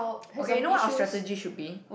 okay you know what our strategy should be